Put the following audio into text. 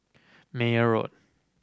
Meyer Road